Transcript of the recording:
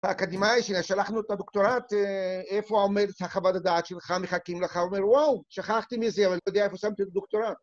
‫באקדמאי ששלחנו אותו לדוקטורט, ‫איפה עומדת החוות הדעת שלך, ‫מחכים לך ואומרים, ‫וואו, שכחתי מזה, ‫אבל לא יודע איפה שמתי את הדוקטורט.